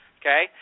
okay